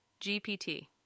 GPT